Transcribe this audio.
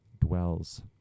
dwells